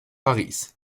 paris